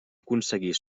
aconseguir